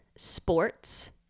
sports